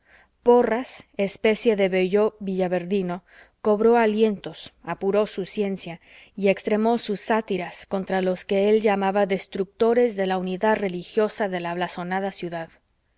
porras especie de veuillot villaverdino cobró alientos apuró su ciencia y extremó sus sátiras contra los que él llamaba destructores de la unidad religiosa de la blasonada ciudad